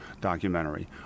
documentary